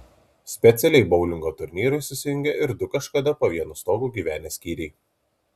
specialiai boulingo turnyrui susijungė ir du kažkada po vienu stogu gyvenę skyriai